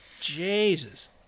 Jesus